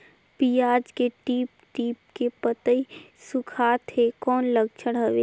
पियाज के टीप टीप के पतई सुखात हे कौन लक्षण हवे?